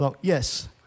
Yes